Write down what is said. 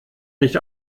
nicht